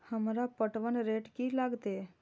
हमरा पटवन रेट की लागते?